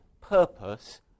purpose